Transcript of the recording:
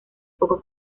poco